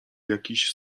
jakiś